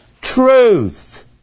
truth